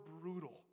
brutal